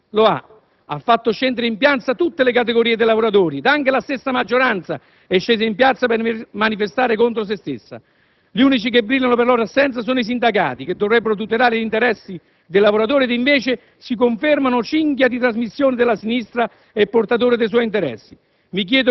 lo ha: ha fatto scendere in piazza, tutte le categorie di lavoratori, ed anche la stessa maggioranza è scesa in piazza per manifestare contro sé stessa. Gli unici che brillano per la loro assenza sono i sindacati, che dovrebbero tutelare gli interessi dei lavoratori ed invece si confermano cinghia di trasmissione della sinistra e portatori dei suoi interessi.